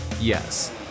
Yes